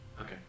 Okay